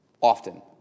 often